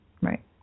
right